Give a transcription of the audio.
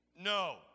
No